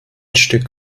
stück